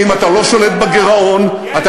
כי אם אתה לא שולט בגירעון יש יותר עניים בארץ,